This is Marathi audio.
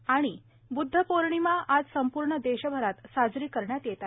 आणि ब्द्ध पौर्णिमा आज संपूर्ण देशभरात साजरी करण्यात येत आहे